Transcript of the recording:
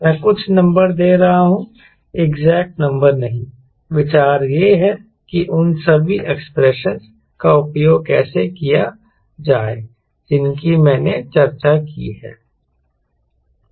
मैं कुछ नंबर दे रहा हूं एग्जैक्ट नंबर नहीं विचार यह है कि उन सभी एक्सप्रेशनस का उपयोग कैसे किया जाए जिनकी मैंने चर्चा की है